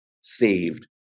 saved